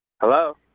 Hello